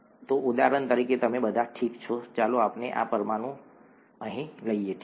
તો ઉદાહરણ તરીકે તમે બધા ઠીક છે ચાલો આપણે આ પરમાણુ અહીં લઈએ ઠીક છે